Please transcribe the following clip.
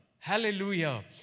Hallelujah